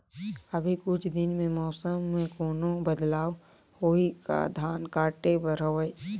अभी कुछ दिन मे मौसम मे कोनो बदलाव होही का? धान काटे बर हवय?